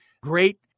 great